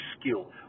skill